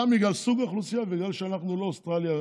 גם בגלל סוג האוכלוסייה וגם בגלל שאנחנו לא אוסטרליה.